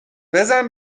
بزن